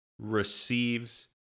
receives